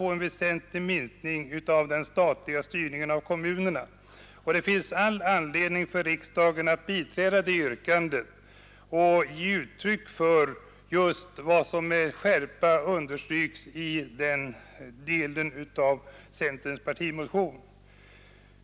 på en väsentlig minskning av den statliga styrningen av kommunerna. Det finns all anledning för riksdagen att biträda det yrkandet och ge uttryck för vad som med skärpa understryks i den delen av centerns partimotion.